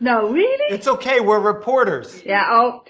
no, really? it's ok. we're reporters yeah. oh,